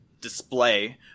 Display